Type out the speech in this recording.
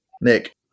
Nick